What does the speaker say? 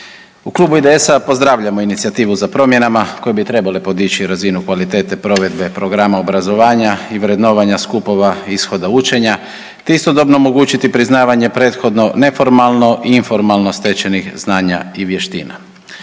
U Klubu IDS-a pozdravljamo inicijativu za promjenama koje bi trebale podići razinu kvalitete provedbe programa obrazovanja i vrednovanja skupova ishoda učenja, te istodobno omogućiti priznavanje prethodno neformalni i informalno stečenih znanja i vještina.